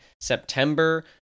September